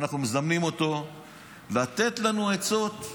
אנחנו מזמנים אותו לתת לנו עצות,